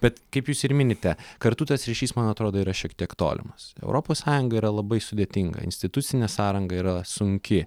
bet kaip jūs ir minite kartu tas ryšys man atrodo yra šiek tiek tolimas europos sąjunga yra labai sudėtinga institucinė sąranga yra sunki